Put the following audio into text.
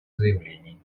заявлении